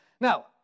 Now